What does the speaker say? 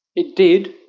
it did,